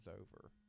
over